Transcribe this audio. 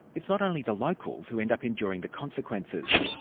it's not only the locals who end up enduring the consequences.